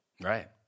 right